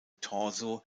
torso